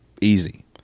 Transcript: Easy